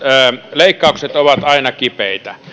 leikkaukset ovat aina kipeitä